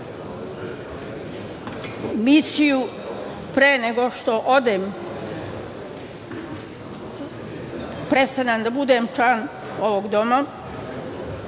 pre nego što odem, prestanem da budem član ovog doma,